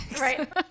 right